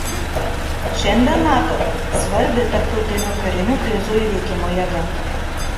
šiandien nato svarbi tarptautinių karinių krizių įveikimo jėga